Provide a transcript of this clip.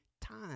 time